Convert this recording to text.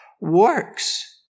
works